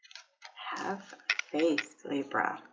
have faith libre